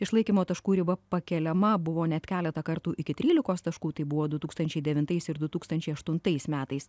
išlaikymo taškų riba pakeliama buvo net keletą kartų iki trylikos taškų tai buvo du tūkstančiai devintais ir du tūkstančiai aštuntais metais